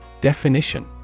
Definition